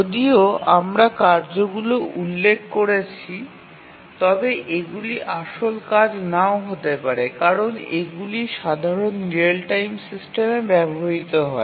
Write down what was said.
যদিও আমরা কার্যগুলি উল্লেখ করছি তবে এগুলি আসল কাজ নাও হতে পারে কারণ এগুলি সাধারণ রিয়েল টাইম অপারেটিং সিস্টেমে ব্যবহৃত হয়